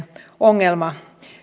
ongelma